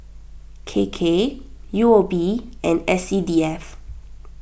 K K U O B and S C D F